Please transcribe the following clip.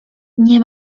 nie